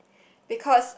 because